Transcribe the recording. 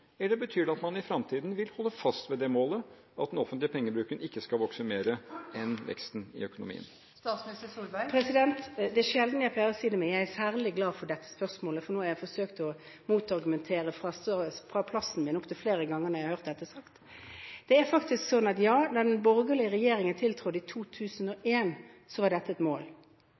Eller betyr det at man i fremtiden vil holde fast ved det målet, at den offentlige pengebruken ikke skal vokse mer enn veksten i økonomien? Det er sjelden jeg pleier å si det, men jeg er særlig glad for dette spørsmålet, for nå har jeg forsøkt å motargumentere fra plassen min opptil flere ganger når jeg har hørt dette sagt. Ja, da den borgerlige regjeringen tiltrådte i 2001, så var dette et mål,